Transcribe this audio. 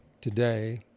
today